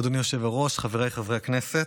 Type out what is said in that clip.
אדוני היושב בראש, חבריי חברי הכנסת,